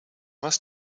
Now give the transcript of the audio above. must